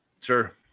Sure